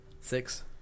Six